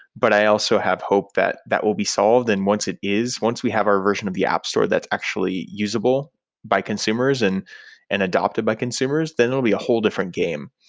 but i also have hope that that will be solved, and once it is, once we have our version of the app store that's actually usable by consumers and and adapted by consumers, then it will be a whole different game.